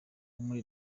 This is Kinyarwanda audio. muri